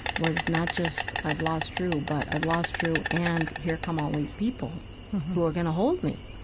was not just i've lost drew but i've lost drew and here come all these people who are going to hold me.